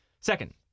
Second